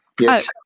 Yes